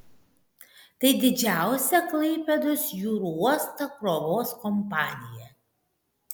tai didžiausia klaipėdos jūrų uosto krovos kompanija